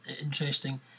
interesting